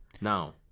Now